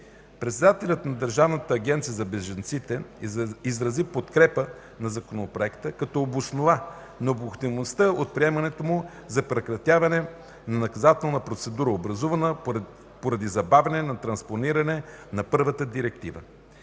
Председателят на Държавната агенция за бежанците изрази подкрепа на Законопроекта, като обоснова необходимостта от приемането му за прекратяване на наказателната процедура, образувана поради забавяне на транспониране на първата директива.